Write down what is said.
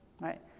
right